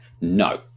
No